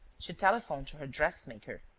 she telephoned to her dressmaker.